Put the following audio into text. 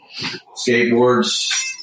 skateboards